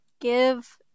give